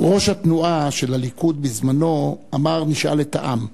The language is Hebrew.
ראש התנועה של הליכוד בזמנו אמר: נשאל את העם.